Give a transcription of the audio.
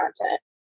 content